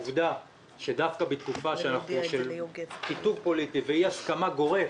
דווקא בתקופה שאנחנו בקיטוב פוליטי ואי-הסכמה גורף